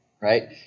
right